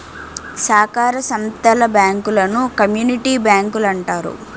సాకార సంత్తల బ్యాంకులను కమ్యూనిటీ బ్యాంకులంటారు